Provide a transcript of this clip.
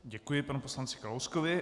Děkuji panu poslanci Kalouskovi.